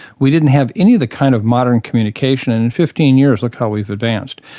we didn't have any of the kind of modern communication, and in fifteen years look how we've advanced.